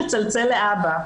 לצלצל לאבא.